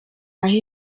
aho